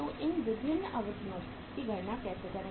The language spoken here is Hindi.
तो इन विभिन्न अवधियों की गणना कैसे करें